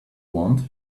want